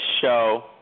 show